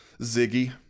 Ziggy